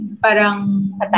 parang